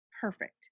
perfect